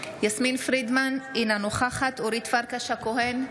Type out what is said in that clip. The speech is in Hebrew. יסמין פרידמן, אינה נוכחת אורית פרקש הכהן,